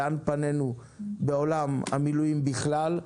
לאן פנינו בעולם המילואים בכלל,